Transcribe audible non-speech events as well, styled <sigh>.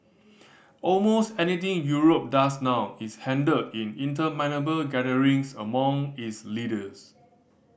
<noise> almost anything Europe does now is handled in interminable gatherings among its leaders